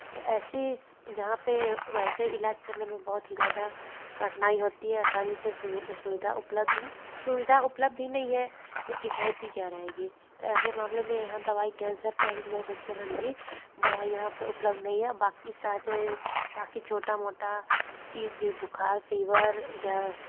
तो ऐसे यहाँ पर वैसे इलाज़ करने में बहुत ही ज़्यादा कठिनाई होती है आसानी से सुविधा उपलब्ध ही सुविधा उपलब्ध ही नहीं है तो किफ़ायती क्या रहेगी तो ऐसे मामले में यहाँ दवाई कैंसर या हृदय रोग दवाई यहाँ पर उपलब्ध नहीं है बाकी सारे बाकी छोटा मोटा चीज़ बुखार फीवर या